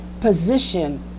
position